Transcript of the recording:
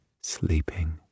sleeping